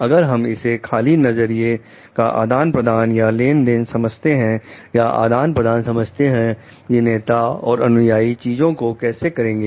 अगर हम इसे खाली नजरिए का आदान प्रदान या लेनदेन समझते हैं यह आदान प्रदान समझते हैं कि नेता और अनुयाई चीजों को कैसे करेंगे